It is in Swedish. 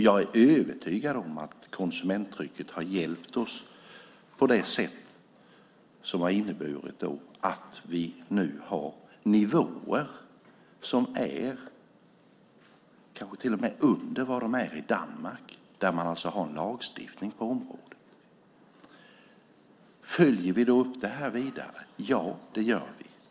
Jag är övertygad om att konsumenttrycket har hjälpt oss på det sätt som har inneburit att vi nu har nivåer som kanske till och med är under dem i Danmark, där man har en lagstiftning på området. Följer vi då upp det här vidare? Ja, det gör vi.